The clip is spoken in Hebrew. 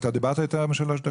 לא, אתה דיברת יותר משלוש דקות.